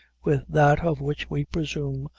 with that, of which we presume,